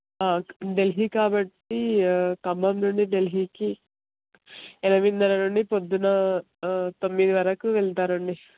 ఢిల్లీ కాబట్టి ఖమ్మం నుండి ఢిల్లీకి ఎనిమిదిన్నర నుండి పొద్దున్న తొమ్మిది వరకు వెళ్తారండి